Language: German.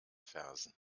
fersen